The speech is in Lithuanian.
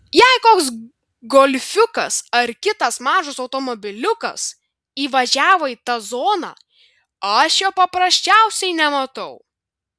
jei koks golfiukas ar kitas mažas automobiliukas įvažiavo į tą zoną aš jo paprasčiausiai nematau